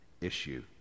issue